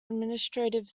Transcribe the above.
administrative